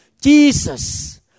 Jesus